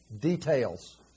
details